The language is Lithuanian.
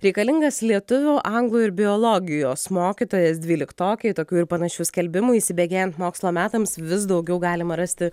reikalingas lietuvių anglų ir biologijos mokytojas dvyliktokei tokių ir panašių skelbimų įsibėgėjant mokslo metams vis daugiau galima rasti